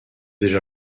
déjà